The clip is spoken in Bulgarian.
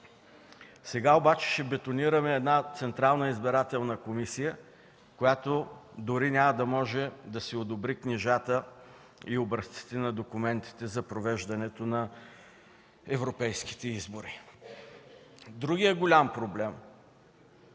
Сега обаче ще бетонираме една Централна избирателна комисия, която дори няма да може да си одобри книжата и образците на документите за провеждането на европейските избори. Другият голям проблем